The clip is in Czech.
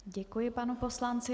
Děkuji panu poslanci.